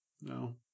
No